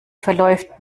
verläuft